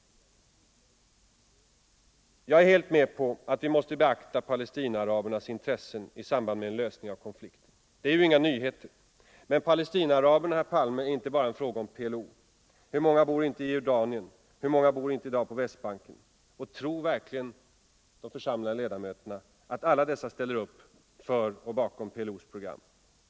Jag är helt med på att vi måste beakta Palestinaarabernas intressen i samband med en lösning av konflikten. Det är inga nyheter. Men Palestinaaraberna är inte bara en fråga om PLO. Hur många bor inte i Jordanien? Hur många bor inte i dag på Västbanken? Tror verkligen de församlade ledamöterna att alla dessa ställer upp bakom PLO:s program?